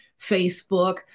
Facebook